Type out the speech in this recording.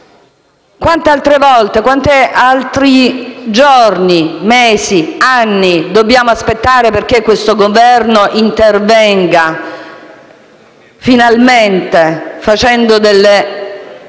Quante altre volte, quanti altri giorni, mesi, anni dobbiamo aspettare perché questo Governo intervenga finalmente, facendo delle